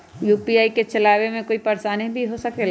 UPI के चलावे मे कोई परेशानी भी हो सकेला?